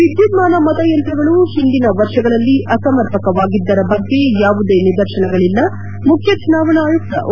ವಿದ್ಯನ್ಥಾನ ಮತಯಂತ್ರಗಳು ಹಿಂದಿನ ವರ್ಷಗಳಲ್ಲಿ ಅಸಮರ್ಕವಾಗಿದ್ದರ ಬಗ್ಗೆ ಯಾವುದೇ ನಿದರ್ಶನಗಳಲ್ಲ ಮುಖ್ಕ ಚುನಾವಣಾ ಆಯುಕ್ತ ಓ